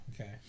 okay